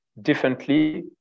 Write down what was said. differently